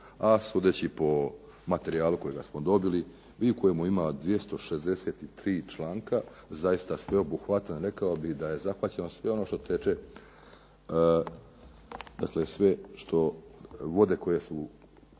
a sudeći po materijalu kojega smo dobili i u kojemu ima 263 članka, zaista sveobuhvatan. Rekao bih da je zahvaćeno sve ono što teče, dakle sve vode koje su,